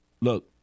look